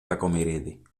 κακομοιρίδη